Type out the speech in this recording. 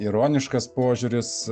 ironiškas požiūris